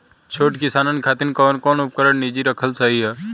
छोट किसानन खातिन कवन कवन उपकरण निजी रखल सही ह?